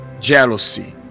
jealousy